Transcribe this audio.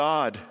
God